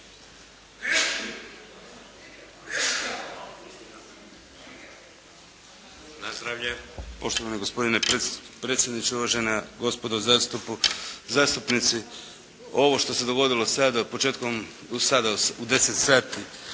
Damir (IDS)** Poštovani gospodine predsjedniče, uvažena gospodo zastupnici. Ovo što se dogodilo sad početkom, sada u 10 sati